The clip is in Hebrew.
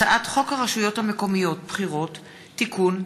הצעת חוק התכנון והבנייה (תיקון,